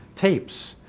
tapes